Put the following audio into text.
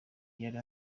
yari